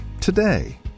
today